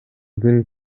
күн